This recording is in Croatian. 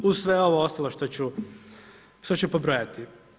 Uz sve ovo ostalo što ću pobrojati.